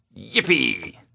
Yippee